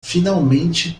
finalmente